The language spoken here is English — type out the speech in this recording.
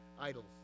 Idols